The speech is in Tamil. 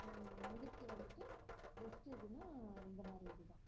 முடிக்கு வந்துட்டு பெஸ்ட் எதுன்னால் இந்த மாதிரி இது தான்